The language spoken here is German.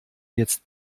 jetzt